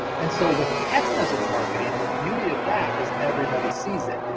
and so with text message marketing, the beauty of that is everybody sees it.